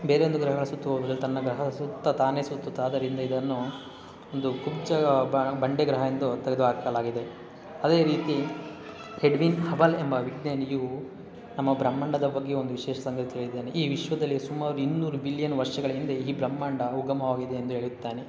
ಬೇರೊಂದು ಗ್ರಹಗಳ ಸುತ್ತುವುದಿಲ್ಲ ತನ್ನ ಗ್ರಹದ ಸುತ್ತ ತಾನೇ ಸುತ್ತುತ್ತೆ ಆದ್ದರಿಂದ ಇದನ್ನು ಒಂದು ಕುಬ್ಜ ಬಂಡೆಗ್ರಹ ಎಂದು ತೆಗೆದುಹಾಕಲಾಗಿದೆ ಅದೇ ರೀತಿ ಎಡ್ವಿನ್ ಹಬಲ್ ಎಂಬ ವಿಜ್ಞಾನಿಯೂ ನಮ್ಮ ಬ್ರಹ್ಮಾಂಡದ ಬಗ್ಗೆ ಒಂದು ವಿಶೇಷ ಸಂಗತಿ ಹೇಳಿದ್ದಾನೆ ಈ ವಿಶ್ವದಲ್ಲಿ ಸುಮಾರು ಇನ್ನೂರು ಬಿಲಿಯನ್ ವರ್ಷಗಳ ಹಿಂದೆ ಈ ಬ್ರಹ್ಮಾಂಡ ಉಗಮವಾಗಿದೆ ಎಂದು ಹೇಳುತ್ತಾನೆ